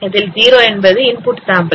இதில் o என்பது input sample